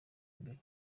imbere